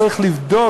צריך לבדוק.